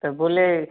तो बोलें